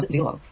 അത് 0 ആകും